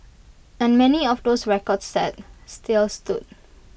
and many of those records set still stood